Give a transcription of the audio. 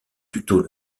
plutôt